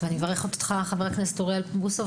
אני מברכת אותך, חבר הכנסת אוריאל בוסו.